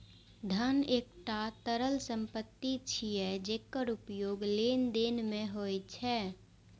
धन एकटा तरल संपत्ति छियै, जेकर उपयोग लेनदेन मे होइ छै